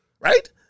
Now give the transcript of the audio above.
right